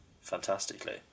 fantastically